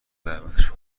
دعوتش